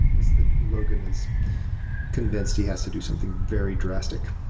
is that logan is convinced he has to do something very drastic.